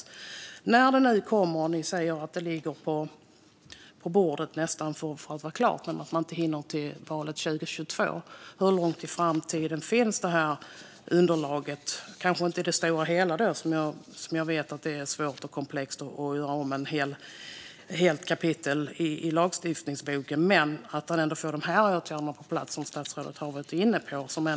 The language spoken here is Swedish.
Statsrådet säger att utredningen är klar och ligger på bordet men att man inte hinner lägga fram förslag till valet 2022, och därför undrar jag hur långt in i framtiden underlaget kommer. Jag vet att det är svårt och komplext att göra om ett helt kapitel i lagboken, men det är viktigt att få de åtgärder som statsrådet har tagit upp på plats.